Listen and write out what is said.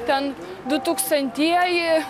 ten dutūkstantieji